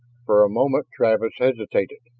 for a moment travis hesitated,